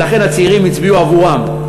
ולכן הצעירים הצביעו בעבורן.